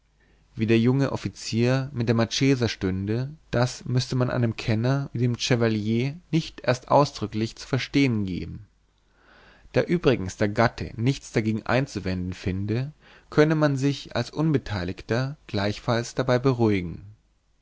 wie der junge offizier mit der marchesa stünde das müsse man einem kenner wie dem chevalier nicht erst ausdrücklich zu verstehen geben da übrigens der gatte nichts dagegen einzuwenden finde könne man sich als unbeteiligter gleichfalls dabei beruhigen